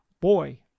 boy